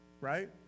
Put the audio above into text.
right